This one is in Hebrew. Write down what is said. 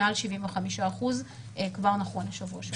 מעל 75% כבר נכון לשבוע שעבר.